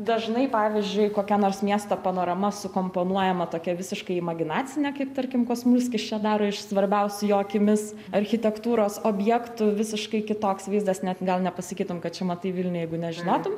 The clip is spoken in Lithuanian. dažnai pavyzdžiui kokia nors miesto panorama sukomponuojama tokia visiškai imaginacinė kaip tarkim kosmulskis čia daro iš svarbiausių jo akimis architektūros objektų visiškai kitoks vaizdas net gal nepasakytum kad čia matai vilnių jeigu nežinotum